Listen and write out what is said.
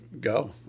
go